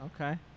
okay